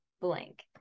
blank